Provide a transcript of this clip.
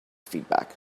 feedback